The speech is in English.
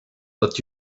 that